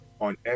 on